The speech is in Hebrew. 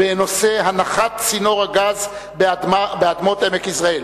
בנושא הנחת צינור הגז באדמות עמק-יזרעאל.